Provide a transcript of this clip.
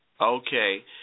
Okay